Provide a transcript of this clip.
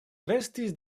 restis